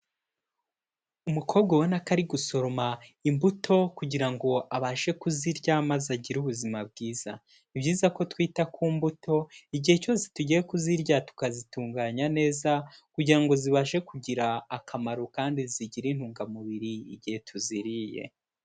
Umukobwa ubona ko ari gusoroma imbuto, kugira ngo abashe kuzirya maze agire ubuzima bwiza. Ni byiza ko twita ku mbuto, igihe cyose tugiye kuzirya tukazitunganya neza, kugira ngo zibashe kugira akamaro kandi zigire intungamubiri igihe tuziriye.